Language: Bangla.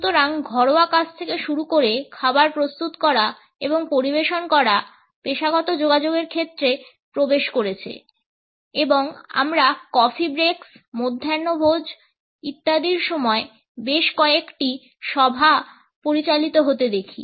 সুতরাং ঘরোয়া কাজ থেকে শুরু করে খাবার প্রস্তুত করা এবং পরিবেশন করা পেশাগত যোগাযোগের ক্ষেত্রে প্রবেশ করেছে এবং আমরা কফি ব্রেকস মধ্যাহ্নভোজ ইত্যাদি সময় বেশ কয়েকটি সভা পরিচালিত হতে দেখি